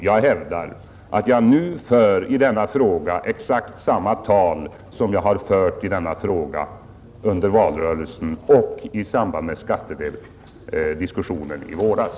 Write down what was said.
Jag hävdar att jag nu för i denna fråga exakt samma tal som jag har fört i denna fråga under valrörelsen och i samband med skattediskussionen i våras.